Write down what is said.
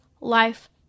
life